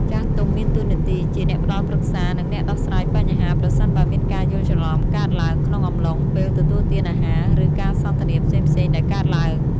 ចាស់ទុំមានតួនាទីជា អ្នកផ្ដល់ប្រឹក្សា និង អ្នកដោះស្រាយបញ្ហា ប្រសិនបើមានការយល់ច្រឡំកើតឡើង ក្នុងអំឡុងពេលទទួលទានអាហារ ឬ ការសន្ទនាផ្សេងៗដែលកើតឡើង ។